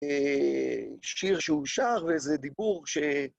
שיר שהוא שר וזה דיבור ש...